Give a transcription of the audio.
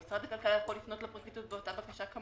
ומשרד הכלכלה יכול לפנות לפרקליטות באותה בקשה.